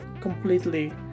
completely